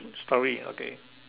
story okay